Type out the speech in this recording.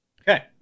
Okay